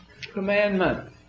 commandment